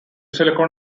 silicon